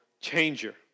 changer